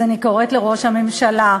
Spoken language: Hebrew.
אז אני קוראת לראש הממשלה: